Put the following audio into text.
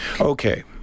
Okay